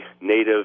Native